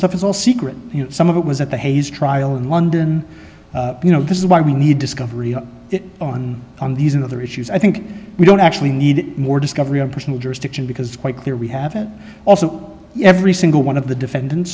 stuff is all secret you know some of it was at the hayes trial in london you know this is why we need discovery on on these and other issues i think we don't actually need more discovery of personal jurisdiction because quite clear we haven't also every single one of the defendant